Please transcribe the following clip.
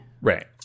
right